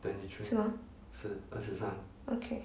是吗 okay